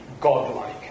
godlike